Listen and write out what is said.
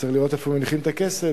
וצריך לראות איפה מניחים את הכסף.